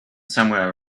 somewhere